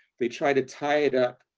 they try to tie it up